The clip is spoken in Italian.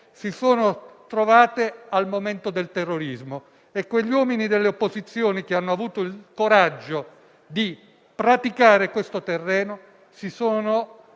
si sono trovate al momento del terrorismo. Gli uomini delle opposizioni che hanno avuto il coraggio di praticare questo terreno si sono